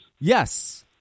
Yes